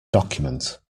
document